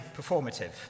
performative